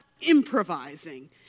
improvising